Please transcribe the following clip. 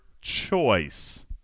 choice